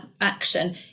action